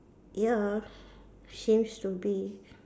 ya seems to be